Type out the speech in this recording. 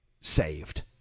saved